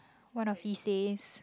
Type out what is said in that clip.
one of these days